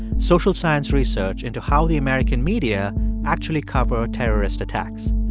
social science research into how the american media actually cover terrorist attacks.